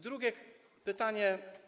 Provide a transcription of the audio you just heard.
Drugie pytanie.